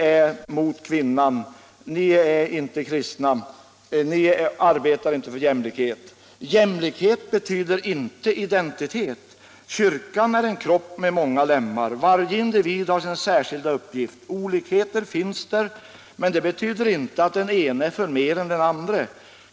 är mot kvinnan, ni är inte kristna, ni arbetar inte för jämlikhet”? Jämlikhet betyder inte identitet. Kyrkan är en kropp med många lemmar. Varje individ har sin särskilda uppgift. Olikheter finns, men det betyder inte att den ene är förmer än den andre.